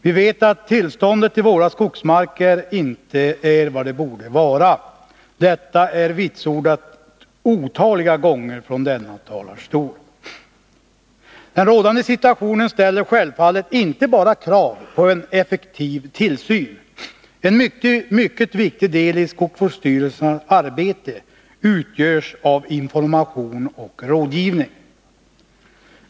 Vi vet att tillståndet i våra skogsmarker inte är vad det borde vara, något som är vitsordat otaliga gånger från denna talarstol. Den rådande situationen ställer självfallet inte bara krav på en effektiv tillsyn. En mycket viktig del i skogsvårdsstyrelsernas arbete utgörs också av information och rådgivning.